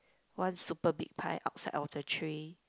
one super big pie outside of the tray